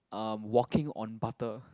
um walking on butter